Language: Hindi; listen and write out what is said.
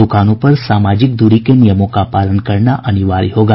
दुकानों पर सामाजिक दूरी के नियमों पालन करना अनिवार्य होगा